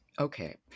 Okay